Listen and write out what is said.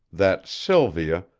that sylvia,